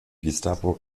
gestapo